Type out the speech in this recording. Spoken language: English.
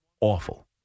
awful